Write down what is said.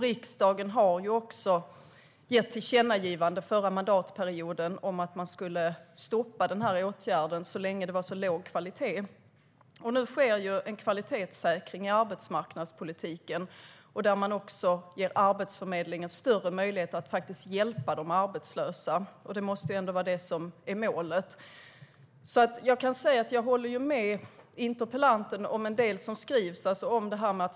Riksdagen gav under förra mandatperioden ett tillkännagivande om att man skulle stoppa den åtgärden så länge det var så låg kvalitet. Nu sker en kvalitetssäkring i arbetsmarknadspolitiken, där man också ger Arbetsförmedlingen större möjligheter att faktiskt hjälpa de arbetslösa. Det måste ändå vara målet. Jag kan säga att jag håller med interpellanten om en del som skrivs.